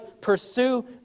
pursue